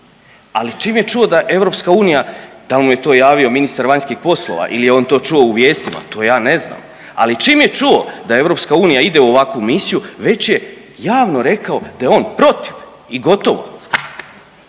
ali čim je čuo da EU dal mu je to javio ministar vanjskih poslova ili je on to čuo u vijestima, to ja ne znam, ali čim je čuo da EU ide u ovakvu misiju već je javno rekao da je on protiv i gotovo.